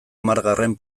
hamargarren